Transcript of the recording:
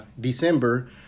December